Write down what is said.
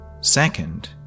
Second